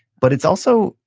but it's also,